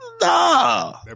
Nah